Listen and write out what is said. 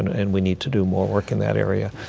and we need to do more work in that area.